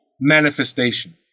manifestation